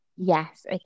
Yes